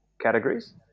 categories